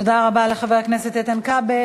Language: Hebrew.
תודה רבה לחבר הכנסת איתן כבל.